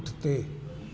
पुठिते